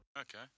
Okay